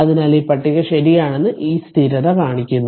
അതിനാൽ ഈ പട്ടിക ശരിയാണെന്ന് ഈ സ്ഥിരത കാണിക്കുന്നു